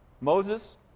Moses